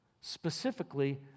specifically